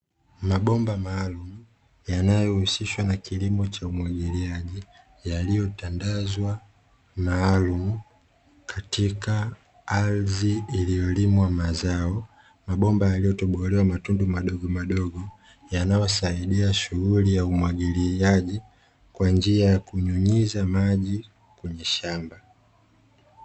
Mabomba maalumu yanayohusishwa na kilimo cha umwagiliaji, yaliyotandanzwa maalumu, katika ardhi iliyolimwa mazao. Mabomba yaliyotobolewa matundu madogomadogo, yanayosaidia shughuli ya umwagiliaji kwa njia ya kunyunyiza maji kwenye shamba.